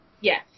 Yes